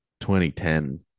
2010